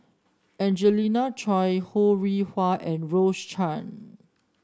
Angelina Choy Ho Rih Hwa and Rose Chan